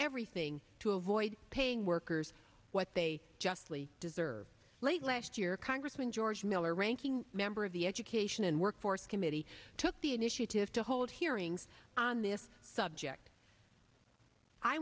everything to avoid paying workers what they just flee deserve late last year congressman george miller ranking member of the education and workforce committee took the initiative to hold hearings on this subject i